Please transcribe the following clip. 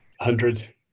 hundred